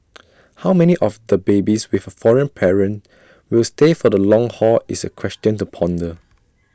how many of the babies with A foreign parent will stay for the long haul is A question to ponder